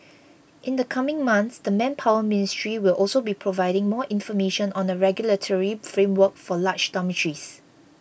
in the coming months the Manpower Ministry will also be providing more information on a regulatory framework for large dormitories